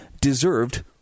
deserved